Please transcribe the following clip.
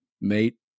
mate